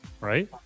right